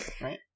right